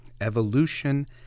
Evolution